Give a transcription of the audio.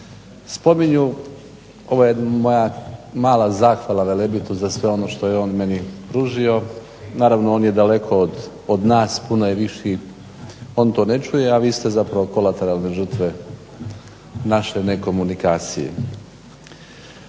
spominju. Ovo je moja mala zahvala Velebitu za sve ono što je on meni pružio. Naravno on je daleko od nas puno je viši on to ne čuje, a vi ste zapravo kolateralne žrtve naše nekomunikacije.